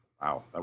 Wow